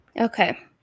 okay